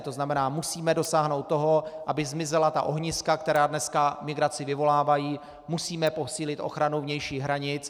To znamená, musíme dosáhnout toho, aby zmizela ta ohniska, která dneska migraci vyvolávají, musíme posílit ochranu vnějších hranic.